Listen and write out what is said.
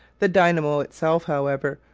the dynamo itself, however,